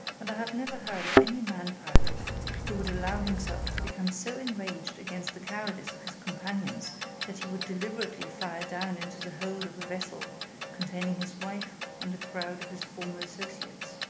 and i have never heard of any man pirate who would allow himself to become so enraged against the cowardice of his companions that he would deliberately fire down into the hold of a vessel containing his wife and a crowd of his former associates.